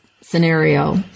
scenario